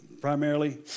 primarily